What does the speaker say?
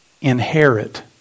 inherit